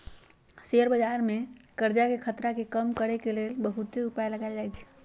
share बजार में करजाके खतरा के कम करए के लेल बहुते उपाय लगाएल जाएछइ